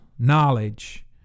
knowledge